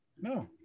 No